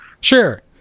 Sure